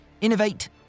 innovate